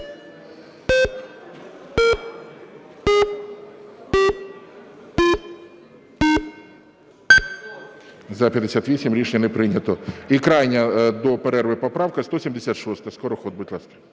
За-58 Рішення не прийнято. І крайня до перерви поправка – 176. Скороход, будь ласка.